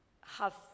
half